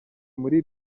muri